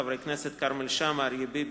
חברי הכנסת אריה ביבי,